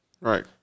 Right